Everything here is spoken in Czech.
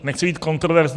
Nechci být kontroverzní.